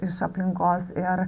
iš aplinkos ir